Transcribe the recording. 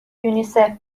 یونیسف